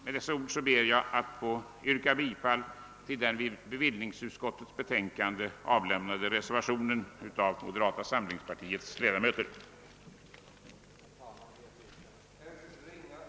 Med det anförda ber jag att få yrka bifall till reservationen 1 vid bevillningsutskottets betänkande nr 45, bakom vilken står moderata samlingspartiets ledamöter i utskottet.